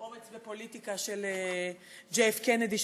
"אומץ ופוליטיקה" של ג"פ קנדי,